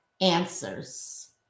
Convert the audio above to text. answers